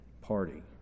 party